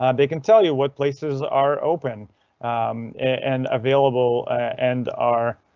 um they can tell you what places are open and available and are.